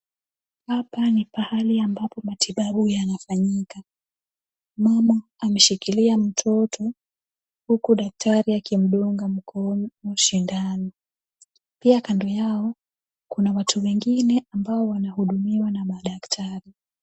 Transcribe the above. Hapa ni pahali ambapo matibabu yanafanyika. Mama ameshikilia mtoto huku daktari akimdunga mkono sindano. Pia kando yao kuna watu wengine ambao wanahudumiwa na madaktari.